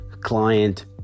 Client